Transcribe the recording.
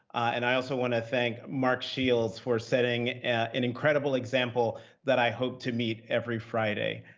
and i also want to thank mark shields for setting an incredible example that i hope to meet every friday.